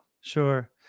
sure